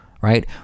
Right